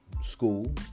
school